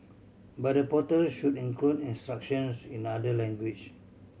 but the portal should include instructions in other language